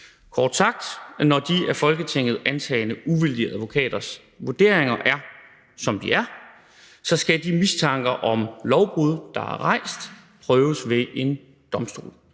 Kort sagt, når de af Folketinget antagne uvildige advokaters vurderinger er, som de er, så skal de mistanker om lovbrud, der er rejst, prøves ved en domstol,